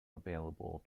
available